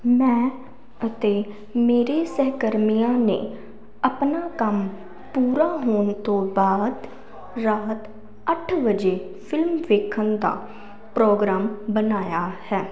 ਮੈਂ ਅਤੇ ਮੇਰੇ ਸਹਿਕਰਮੀਆਂ ਨੇ ਆਪਣਾ ਕੰਮ ਪੂਰਾ ਹੋਣ ਤੋਂ ਬਾਅਦ ਰਾਤ ਅੱਠ ਵਜੇ ਫਿਲਮ ਵੇਖਣ ਦਾ ਪ੍ਰੋਗਰਾਮ ਬਣਾਇਆ ਹੈ